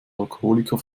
alkoholiker